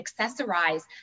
accessorize